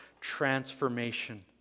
transformation